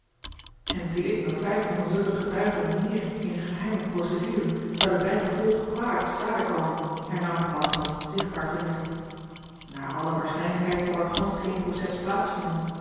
en veertien of vijftien van zulke getuigen meer in eene geheime procedure zouden bijgevolg kwalijk te stade komen hernam bartels zichtbaar verlicht naar alle waarschijnlijkheid zal er gansch geen proces